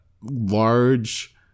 large